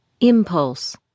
Impulse